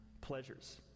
pleasures